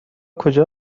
کجا